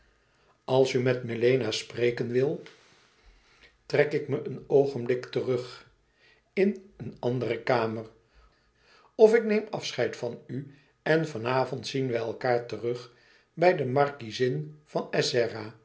als u met melena spreken wil trek ik me een oogenblik terug in een andere kamer of ik neem afscheid van u en van avond zien wij elkaâr terug bij de markiezin van